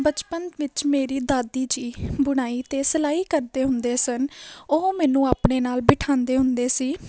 ਬਚਪਨ ਵਿੱਚ ਮੇਰੀ ਦਾਦੀ ਜੀ ਬੁਣਾਈ ਅਤੇ ਸਿਲਾਈ ਕਰਦੇ ਹੁੰਦੇ ਸਨ ਉਹ ਮੈਨੂੰ ਆਪਣੇ ਨਾਲ ਬਿਠਾਉਂਦੇ ਹੁੰਦੇ ਸੀ